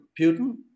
putin